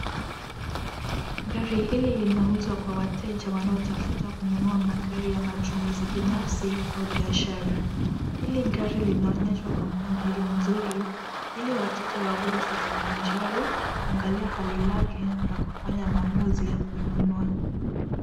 Gari hili linauzwa kwa wateja wanaotafuta kununua magari ya matumizi ya binafsi au biashara. Hili gari linaonyeshwa kwa mpangilio mzuri ili wateja waweze kuvinjari kuangalia hali lake na kufanya uamuzi wa kuinunua.